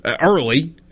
early